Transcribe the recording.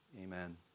Amen